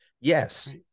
yes